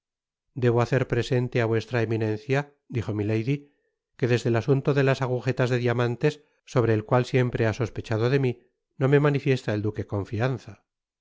debo hacer presente á vuestra eminencia dijo milady que desde el asunto de las agujetas de diamantes sobre el cual siempre ha sospechado de mi no me manifiesta el duque confianza